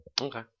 Okay